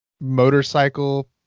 motorcycle